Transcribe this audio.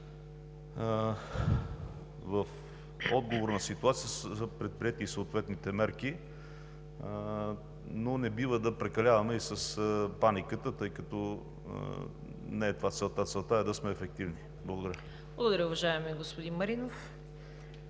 в отговор на ситуацията са предприети и съответните мерки, но не бива да прекаляваме и с паниката, тъй като не е това целта. Целта е да сме ефективни. Благодаря. ПРЕДСЕДАТЕЛ ЦВЕТА КАРАЯНЧЕВА: Благодаря, уважаеми господин Маринов.